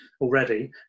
already